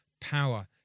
power